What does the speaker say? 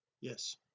yes